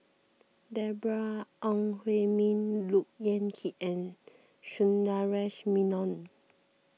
Deborah Ong Hui Min Look Yan Kit and Sundaresh Menon